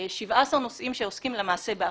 17 נושאים שעוסקים למעשה בהכול,